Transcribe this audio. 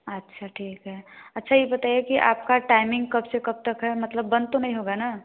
अच्छा ठीक है अच्छा यह बताइए कि आपका टाइमिंग कब से कब तक है मतलब बंद तो नहीं होगा ना